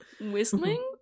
whistling